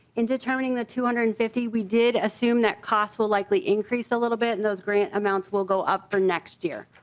in determining the two hundred and fifty we did assume that cost will likely increase a little bit th and ose grant amounts will go up for next year.